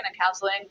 counseling